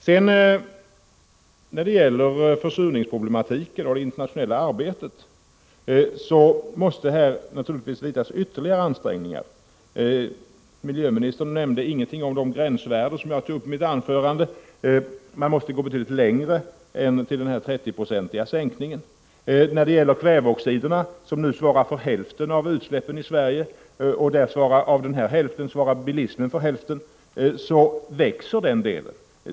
I det internationella arbetet för att lösa försurningsproblemen måste det naturligtvis göras ytterligare ansträngningar. Miljöministern nämnde ingenting om de gränsvärden som jag tog upp i mitt anförande. Man måste gå betydligt längre än till en 30-procentig sänkning. Kväveoxiderna svarar nu för hälften av utsläppen i Sverige — bilismen svarar i sin tur för hälften av utsläppen av kväveoxider — och kväveutsläppen ökar.